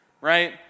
right